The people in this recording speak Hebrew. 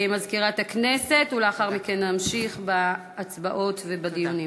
למזכירת הכנסת, ולאחר מכן נמשיך בהצבעות ובדיונים.